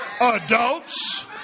adults